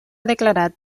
declarat